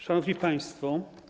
Szanowni Państwo!